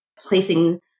placing